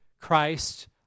Christ